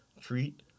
treat